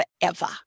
forever